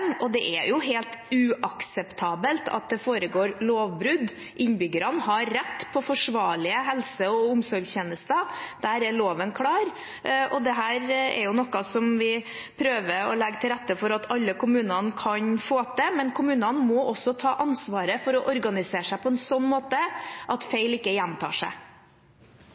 og det er jo helt uakseptabelt at det foregår lovbrudd. Innbyggerne har rett til forsvarlige helse- og omsorgstjenester. Der er loven klar. Dette er noe vi prøver å legge til rette for at alle kommuner kan få til, men kommunene må også ta ansvar for å organisere seg på en sånn måte at feil ikke gjentar seg.